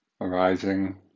arising